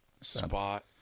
Spot